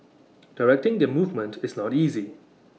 directing their movement is not easy